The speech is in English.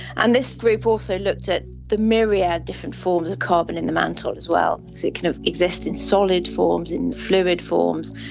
and this group also looked at the myriad different forms of carbon in the mantle as well, so it kind of exists in solid forms, in fluid forms,